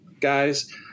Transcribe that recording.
guys